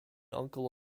uncle